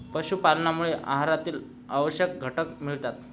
पशुपालनामुळे आहारातील आवश्यक घटक मिळतात